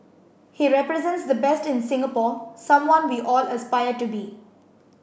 he represents the best in Singapore someone we all aspire to be